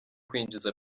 kwinjiza